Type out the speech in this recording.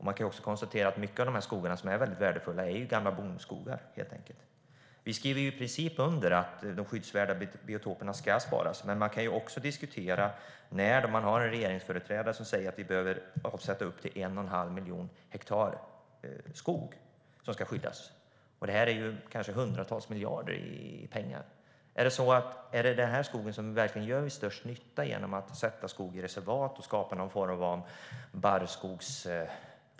Man kan konstatera att mycket av skogarna som är väldigt värdefulla helt enkelt är gamla bondskogar. Vi skriver i princip under på att de skyddsvärda biotoperna ska sparas. Men man kan diskutera när en regeringsföreträdare säger att vi behöver avsätta upp till 1 1⁄2 miljon hektar skog som ska skyddas. Det är kanske hundratals miljarder i pengar. Gör verkligen skogen störst nytta om man sätter den i reservat och skapar någon form av barrskog?